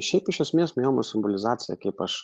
šiaip iš esmės miomos embolizacija kaip aš